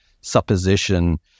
supposition